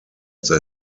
they